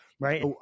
Right